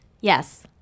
Yes